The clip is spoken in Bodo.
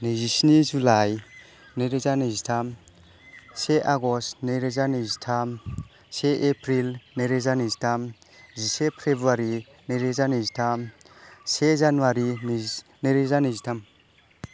नैजिस्नि जुलाइ नैरोजा नैजिथाम से आगष्ट नैरोजा नैजिथाम से एप्रिल नैरोजा नैजिथाम जिसे फेब्रुवारि नैरोजा नैजिथाम से जानुवारि नैरोजा नैजिथाम